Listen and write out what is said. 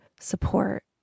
support